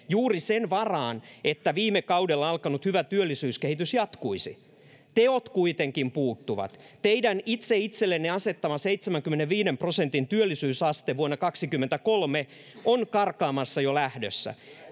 juuri sen varaan että viime kaudella alkanut hyvä työllisyyskehitys jatkuisi teot kuitenkin puuttuvat teidän itse itsellenne asettama seitsemänkymmenenviiden prosentin työllisyysaste vuonna kaksikymmentäkolme on karkaamassa jo lähdössä